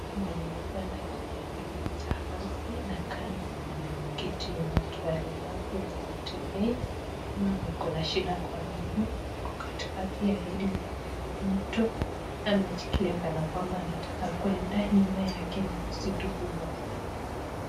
Mwenye amepanda juu la hili jahazi na kando kuna kiti ya walemavu wenye hawatembai ama wenye wako na shida kwa miguu ako katikati ya hili mto ameshikilia kana kwamba anataka kuenda. Nyuma yake ni msitu kubwa sana.